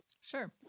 Sure